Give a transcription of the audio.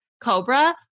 Cobra